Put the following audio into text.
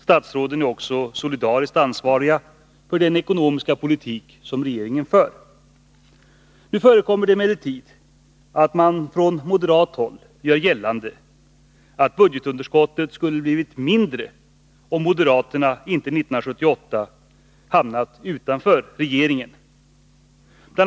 Statsråden är också solidariskt ansvariga för den ekonomiska politik som regeringen för. Nu förekommer det emellertid att man från moderat håll gör gällande att budgetunderskottet skulle ha blivit mindre om inte moderaterna 1978 hamnat utanför regeringen. Bl.